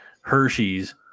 Hershey's